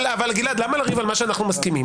למה לריב על מה שאנחנו מסכימים?